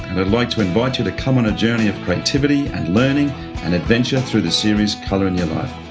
i'd like to invite you to come on a journey of creativity and learning and adventure through the series colour in your life.